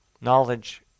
Knowledge